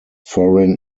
foreign